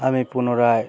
আমি পুনরায়